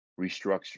restructure